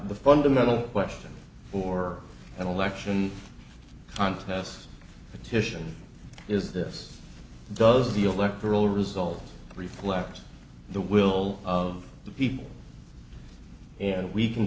the fundamental question for an election contest petition is this does the electoral results reflect the will of the people and we